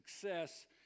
success